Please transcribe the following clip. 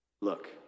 Look